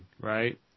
right